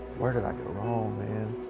where did i go wrong, man?